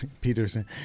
Peterson